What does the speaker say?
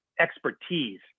expertise